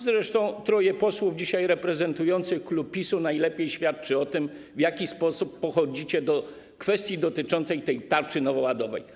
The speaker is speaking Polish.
Zresztą to, że troje posłów dzisiaj reprezentuje klub PiS-u, najlepiej świadczy o tym, w jaki sposób podchodzicie do kwestii dotyczącej tej tarczy nowoładowej.